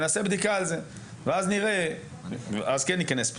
ואז כן ניכנס פנימה ונראה מה מדובר.